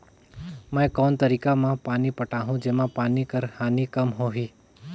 मैं कोन तरीका म पानी पटाहूं जेमा पानी कर हानि कम होही?